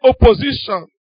opposition